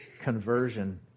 conversion